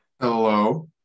Hello